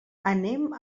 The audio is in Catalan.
anem